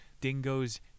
dingoes